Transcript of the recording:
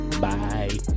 Bye